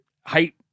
height